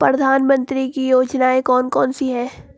प्रधानमंत्री की योजनाएं कौन कौन सी हैं?